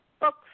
books